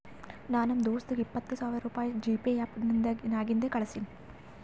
ನಾ ನಮ್ ದೋಸ್ತಗ ಇಪ್ಪತ್ ಸಾವಿರ ರುಪಾಯಿ ಜಿಪೇ ಆ್ಯಪ್ ನಾಗಿಂದೆ ಕಳುಸಿನಿ